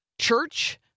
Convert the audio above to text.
Church—